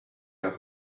out